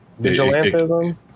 vigilantism